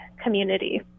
community